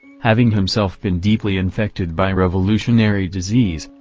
having himself been deeply infected by revolutionary disease,